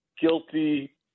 guilty